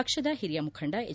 ಪಕ್ಷದ ಹಿರಿಯ ಮುಖಂಡ ಎಚ್